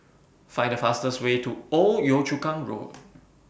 Find The fastest Way to Old Yio Chu Kang Road